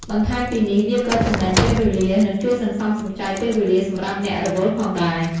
បន្ថែមពីនេះវាក៏ចំណេញពេលវេលា និងជួយសន្សំសំចៃពេលវេលាសម្រាប់អ្នករវល់ផងដែរ។